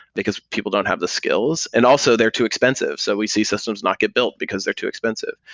because people don't have the skills. and also, they're too expensive. so we see systems not get built, because they're too expensive.